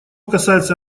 касается